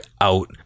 out